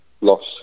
loss